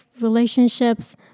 relationships